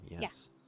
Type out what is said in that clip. yes